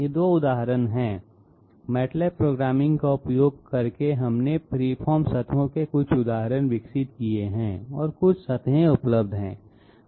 ये 2 उदाहरण हैं MATLAB प्रोग्रामिंग का उपयोग करके हमने फ्री फॉर्म सतहों के कुछ उदाहरण विकसित किए हैं और कुछ सतहें उपलब्ध हैं